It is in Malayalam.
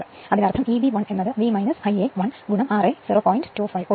അതിനാൽ Eb 1 V ആകും Ia 1 ra 0